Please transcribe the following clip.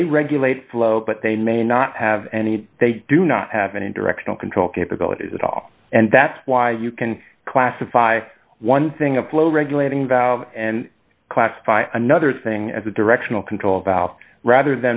they regulate flow but they may not have any they do not have any directional control capabilities at all and that's why you can classify one thing a flow regulating valve and classify another thing as a directional control about rather